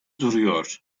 duruyor